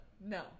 no